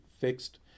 fixed